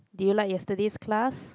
did you like yesterday's class